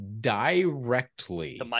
directly